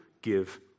give